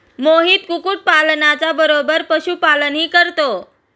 मोहित कुक्कुटपालना बरोबर पशुपालनही करतो